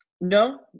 no